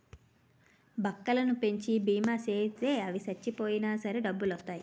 బక్కలను పెంచి బీమా సేయిత్తే అవి సచ్చిపోయినా సరే డబ్బులొత్తాయి